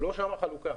לא שם החלוקה.